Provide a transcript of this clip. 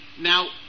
Now